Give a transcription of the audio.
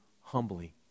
humbly